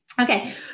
Okay